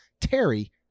Terry